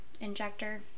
injector